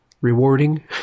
rewarding